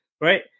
right